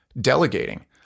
delegating